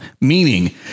Meaning